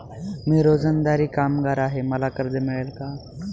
मी रोजंदारी कामगार आहे मला कर्ज मिळेल का?